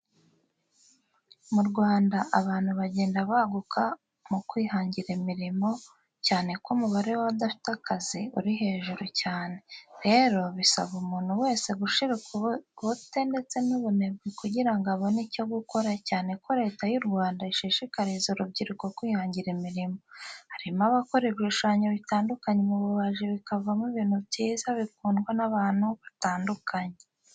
Mu Rwanda abantu bagenda baguka mu kwihangira imirimo, cyane ko umubare w'abadafite akazi uri hejuru cyane. Rero bisaba umuntu wese gushiruka ubute ndetse n'ubunebwe kugira ngo abone icyo gukora cyane ko Leta y'u Rwanda ishishikariza urubyiruko kwihangira imirimo. Harimo abakora ibishushanyo bitandukanye mu bubaji bikavamo ibintu byiza bikundwa n'abantu batandukanye